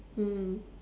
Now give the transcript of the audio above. mm